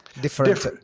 different